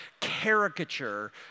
caricature